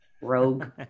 Rogue